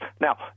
Now